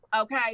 okay